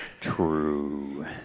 True